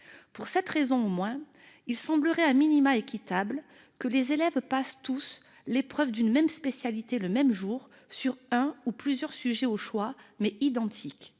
Pour cette raison au moins, il semblerait équitable que les élèves passent tous l'épreuve d'une même spécialité le même jour, sur un ou plusieurs sujets identiques.